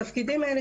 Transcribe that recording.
התפקידים האלה